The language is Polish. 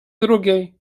drugiej